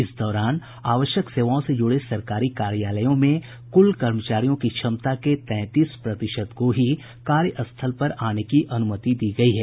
इस दौरान आवश्यक सेवाओं से जुड़े सरकारी कार्यालयों में कुल कर्मचारियों की क्षमता के तैंतीस प्रतिशत को ही कार्यस्थल पर आने की अनुमति दी गयी है